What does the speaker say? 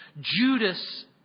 Judas